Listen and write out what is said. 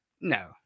No